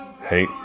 hey